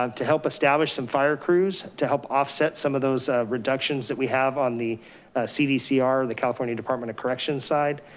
um to help establish some fire crews to help offset some of those reductions that we have on the cdcr, the california department of corrections side.